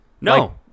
No